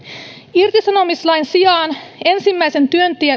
irtisanomislain sijaan ensimmäisen